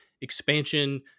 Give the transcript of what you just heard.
expansion